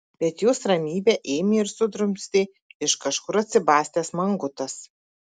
bet jos ramybę ėmė ir sudrumstė iš kažkur atsibastęs mangutas